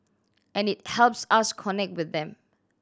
and it helps us connect with them